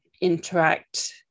interact